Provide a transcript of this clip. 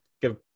give